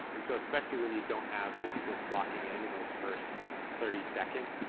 and so especially when you don't have the people flocking in in those first thirty seconds,